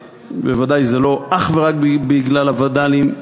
בוודאי זה לא אך ורק בגלל הווד"לים.